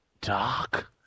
Doc